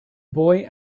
boy